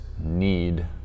need